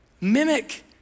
mimic